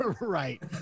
Right